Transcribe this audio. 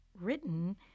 written